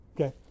Okay